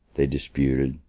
they disputed,